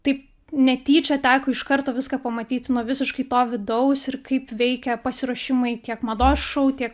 taip netyčia teko iš karto viską pamatyt nuo visiškai to vidaus ir kaip veikia pasiruošimai tiek mados šou tiek